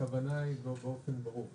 הכוונה היא באופן ברור.